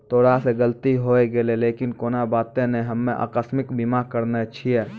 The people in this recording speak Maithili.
तोरा से गलती होय गेलै लेकिन कोनो बात नै हम्मे अकास्मिक बीमा करैने छिये